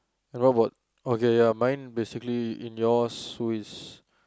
and what about okay ya mine basically in yours who is